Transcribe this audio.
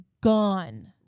gone